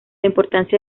importancia